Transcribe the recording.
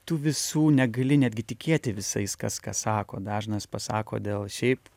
tų visų negali netgi tikėti visais kas ką sako dažnas pasako dėl šiaip